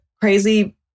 crazy